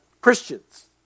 Christians